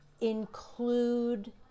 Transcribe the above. include